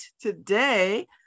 today